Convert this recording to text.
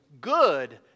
good